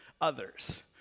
others